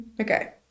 okay